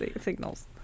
signals